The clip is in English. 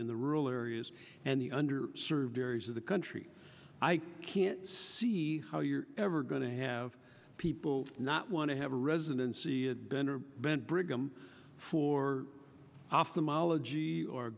in the rural areas and the under served areas of the country i can't see how you're ever going to have people not want to have a residency and